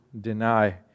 deny